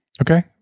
Okay